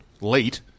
late